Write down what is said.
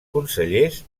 consellers